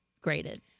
graded